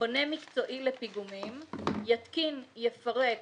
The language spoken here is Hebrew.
"בונה מקצועי לפיגומים יתקין, יפרק